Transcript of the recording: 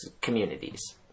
communities